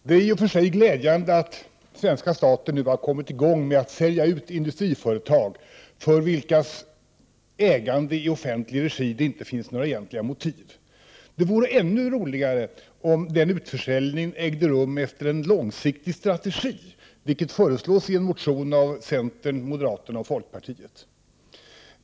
Herr talman! Det är i och för sig glädjande att svenska staten nu har kommit i gång med utförsäljningen av industriföretag för vilkas ägande i offentlig regi det inte finns några egentliga motiv. Det vore ännu roligare om denna utförsäljning ägde rum enligt en långsiktig strategi, vilket föreslås i en motion av centern, moderaterna och folkpartiet.